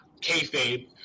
kayfabe